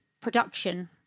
production